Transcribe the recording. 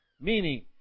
Meaning